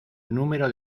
número